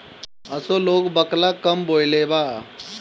असो लोग बकला कम बोअलेबा